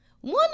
One